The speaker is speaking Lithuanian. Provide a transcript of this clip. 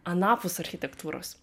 anapus architektūros